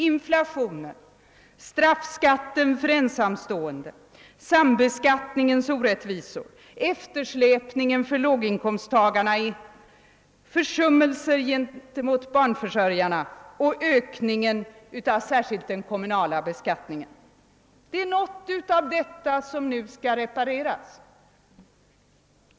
Inflationen, straffskatten för ensamstående, sambeskattningens orättvisor, eftersläpningen för låginkomsttagarna, försummelser gentemot barnförsörjarna samt ökningen av särskilt den kommunala beskattningen är något av det som nu skall repareras.